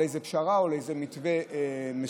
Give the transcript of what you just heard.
לאיזו פשרה או לאיזה מתווה מסוכם.